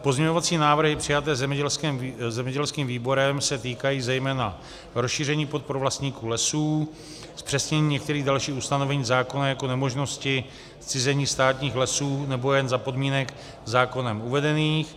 Pozměňovací návrhy přijaté zemědělským výborem se týkají zejména rozšíření podpor vlastníků lesů, zpřesnění některých dalších ustanovení zákona jako nemožnosti zcizení státních lesů nebo jen za podmínek zákonem uvedených.